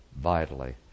vitally